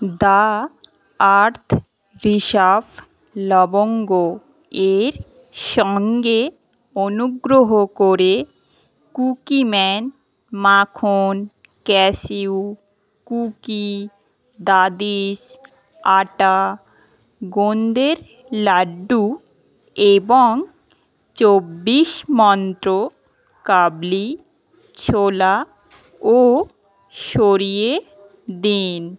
the earth রিসাফ লবঙ্গ এর সঙ্গে অনুগ্রহ করে কুকিম্যান মাখন ক্যাশিউ কুকি দাদিস আটা গোন্দের লাড্ডু এবং চব্বিশ মন্ত্র কাবলি ছোলা ও সরিয়ে দিন